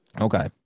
okay